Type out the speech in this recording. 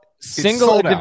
Single